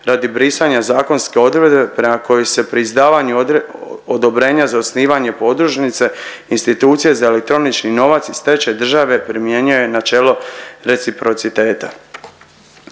radi brisanja zakonske odredbe prema kojoj se pri izdavanju odobrenja za osnivanje podružnice institucije za elektronični novac i stečaj države primjenjuje načelo reciprociteta.